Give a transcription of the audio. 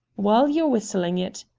while you're whistling it,